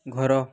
ଘର